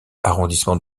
arrondissement